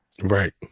Right